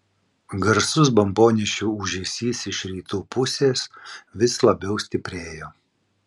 garsus bombonešių ūžesys iš rytų pusės vis labiau stiprėjo